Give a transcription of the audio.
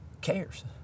cares